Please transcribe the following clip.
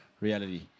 reality